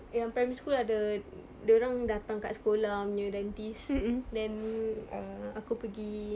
yang primary school ada dia orang datang kat sekolah punya dentist then uh aku pergi